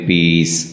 Peace